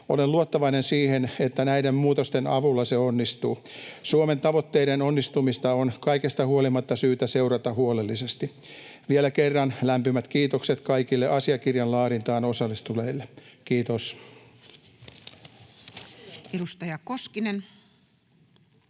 Olen luottavainen sen suhteen, että näiden muutosten avulla se onnistuu. Suomen tavoitteiden onnistumista on kaikesta huolimatta syytä seurata huolellisesti. Vielä kerran lämpimät kiitokset kaikille asiakirjan laadintaan osallistuneille. — Kiitos.